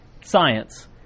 science